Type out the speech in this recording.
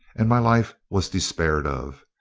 and my life was despaired of.